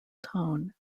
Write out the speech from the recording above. tone